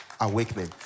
Awakening